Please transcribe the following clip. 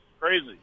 crazy